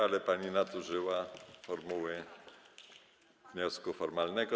Ale pani nadużyła formuły wniosku formalnego.